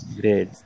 Great